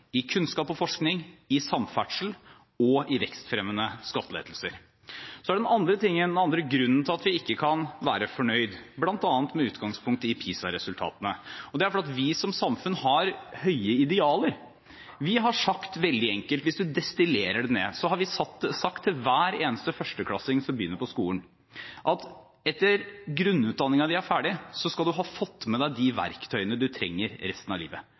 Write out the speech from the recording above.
i kunnskap og forskning, i samferdsel og i vekstfremmende skattelettelser. Den andre grunnen til at vi ikke kan være fornøyde, bl.a. med utgangspunkt i PISA-resultatene, er at vi som samfunn har høye idealer. Vi har sagt det veldig enkelt. Hvis du destillerer det ned, har vi sagt til hver eneste førsteklassing som begynner på skolen: Etter at grunnutdanningen din er ferdig, skal du ha fått med deg de verktøyene du trenger resten av livet.